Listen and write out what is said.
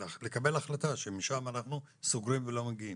לקבל החלטה שמשם אנחנו סוגרים ולא מגיעים?